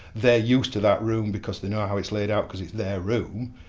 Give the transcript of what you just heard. they're used to that room because they know how it's laid out because it's their room,